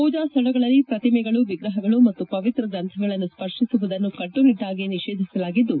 ಪೂಜಾ ಸ್ವಳಗಳಲ್ಲಿ ಪ್ರತಿಮೆಗಳು ವಿಗ್ರಹಗಳು ಮತ್ತು ಪವಿತ್ರ ಗ್ರಂಥಗಳನ್ನು ಸ್ವರ್ತಿಸುವುದನ್ನು ಕಟ್ಟುನಿಟ್ಟಾಗಿ ನಿಷೇಧಿಸಲಾಗಿದ್ದು